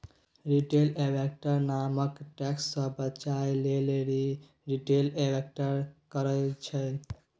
retail investor income tax सँ बचय लेल रिटेल इंवेस्टमेंट करय छै